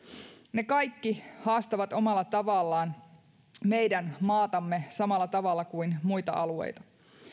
ne kaikki haastavat omalla tavallaan meidän maatamme samalla tavalla kuin muita alueita